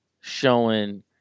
showing